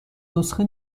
نسخه